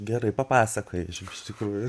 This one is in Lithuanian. gerai papasakojai iš tikrųjų